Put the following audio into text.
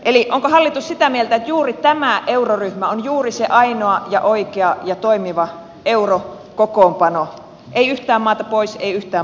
eli onko hallitus sitä mieltä että juuri tämä euroryhmä on juuri se ainoa ja oikea ja toimiva eurokokoonpano ei yhtään maata pois ei yhtään maata lisää